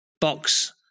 box